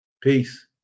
Peace